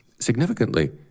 Significantly